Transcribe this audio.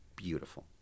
beautiful